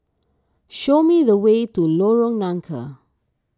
show me the way to Lorong Nangka